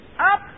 Up